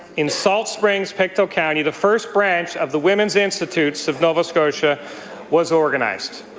in salt springs, pictou county, the first branch of the women's institutes of nova scotia was organized.